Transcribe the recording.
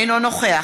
אינו נוכח